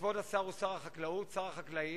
כבוד השר הוא שר החקלאות, שר החקלאים.